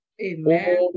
Amen